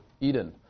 Eden